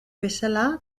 bezala